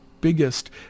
biggest